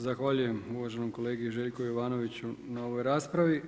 Zahvaljujem uvaženom kolegi Željku Jovanoviću na ovoj raspravi.